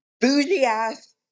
bougie-ass